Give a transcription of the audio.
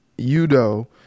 Udo